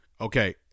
Okay